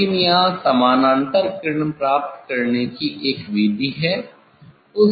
लेकिन यहाँ समानांतर किरणें प्राप्त करने एक विधि है